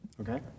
Okay